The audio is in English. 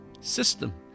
system